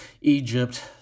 Egypt